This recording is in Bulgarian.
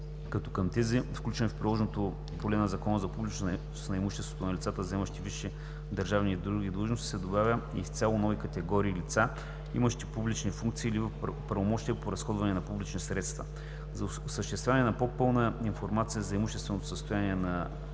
като към тези, включени в приложното поле на Закона за публичност на имуществото на лица, заемащи висши държавни и други длъжности, са добавени и изцяло нови категории лица, имащи публични функции или правомощия по разходване на публични средства. За осигуряване на по-пълна информация за имущественото състояние на